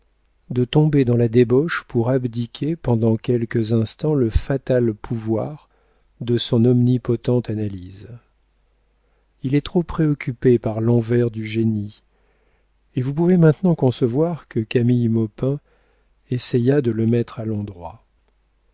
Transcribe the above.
de tomber dans la débauche pour abdiquer pendant quelques instants le fatal pouvoir de son omnipotente analyse il est trop préoccupé par l'envers du génie et vous pouvez maintenant concevoir que camille maupin essayât de le mettre à l'endroit